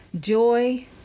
joy